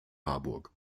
harburg